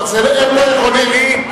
לא,